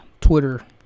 Twitter